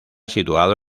situado